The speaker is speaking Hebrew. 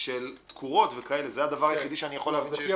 של תקורות זה הדבר היחיד שאני יכול להבין -- לפי